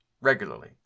regularly